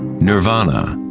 nirvana,